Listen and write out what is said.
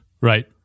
right